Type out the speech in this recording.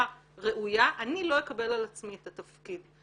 ראויה אני לא אקבל על עצמי את התפקיד.